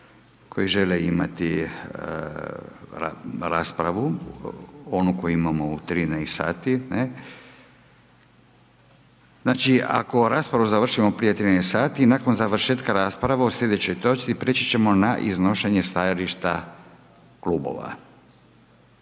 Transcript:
koji žele imati raspravu onu koju imamo u 13 sati. Znači ako raspravu završimo prije 13 sati, nakon završetka rasprave o sljedećoj točci preći ćemo na iznošenje stajališta klubova.